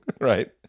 right